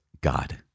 God